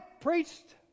preached